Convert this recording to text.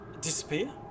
Disappear